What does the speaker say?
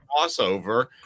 crossover